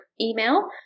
email